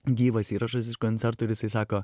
gyvas įrašas iš koncertų ir jisai sako